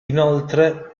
inoltre